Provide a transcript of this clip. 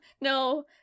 no